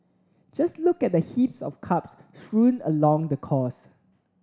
just look at the heaps of cups strewn along the course